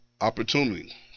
Opportunity